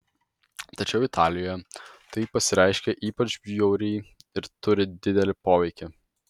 tačiau italijoje tai pasireiškia ypač bjauriai ir turi didelį poveikį